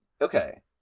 okay